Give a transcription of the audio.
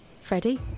Freddie